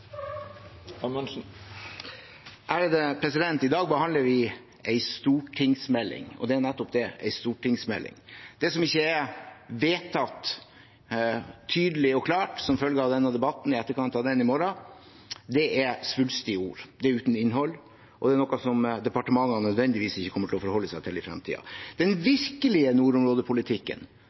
I dag behandler vi en stortingsmelding, og det er nettopp det: en stortingsmelding. Det som ikke er vedtatt tydelig og klart i etterkant av denne debatten, i morgen, er svulstige ord. Det er uten innhold, og det er noe som departementene nødvendigvis ikke kommer til å forholde seg til i fremtiden. Den virkelige nordområdepolitikken,